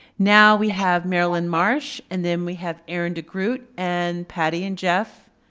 now we have merrilynn marsh and then we have aaron degroot and patti and jeff,